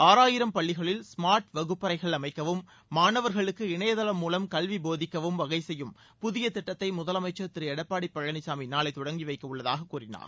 ஆறாயிரம் பள்ளிகளில் ஸ்மார்ட் வகுப்பறைகள் அமைக்கவும் மாணவர்களுக்கு இணையதளம் மூவம் கல்வி போதிக்கவும் வகை செய்யும் புதிய திட்டத்தை முதலனமச்சர் திரு எடப்பாடி பழனிச்சாமி நாளை தொடங்கி வைக்கவுள்ளதாக கூறினார்